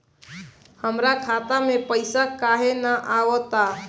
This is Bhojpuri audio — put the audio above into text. हमरा खाता में पइसा काहे ना आव ता?